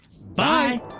Bye